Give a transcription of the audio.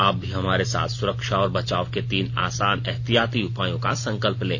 आप भी हमारे साथ सुरक्षा और बचाव के तीन आसान एहतियाती उपायों का संकल्प लें